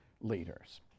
leaders